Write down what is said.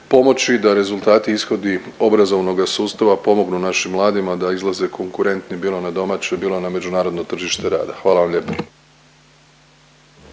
pomoći da rezultati i ishodi obrazovnog sustava pomognu našim mladima da izlaze konkurentni bilo na domaće, bilo na međunarodno tržište rada. Hvala vam lijepo.